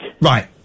Right